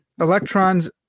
electrons